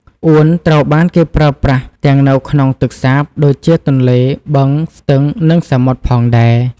អួនត្រូវបានគេប្រើប្រាស់ទាំងនៅក្នុងទឹកសាប ដូចជាទន្លេ បឹង ស្ទឹង និងសមុទ្រផងដែរ។